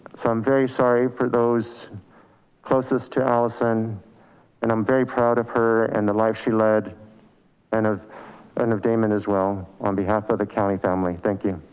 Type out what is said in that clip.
so i'm very sorry for those closest to allison and i'm very proud of her and the life she led and of and of damon as well on behalf of the county family. thank you.